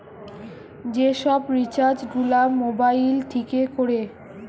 যে সব রিচার্জ গুলা মোবাইল থিকে কোরে